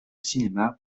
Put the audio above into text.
cinéma